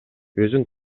өзүн